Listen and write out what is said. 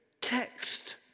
text